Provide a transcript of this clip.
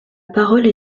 parole